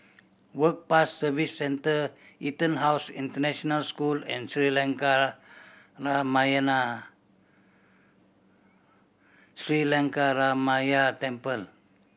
Work Pass Service Centre EtonHouse International School and Sri Lankaramaya Sri Lankaramaya Temple